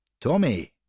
Tommy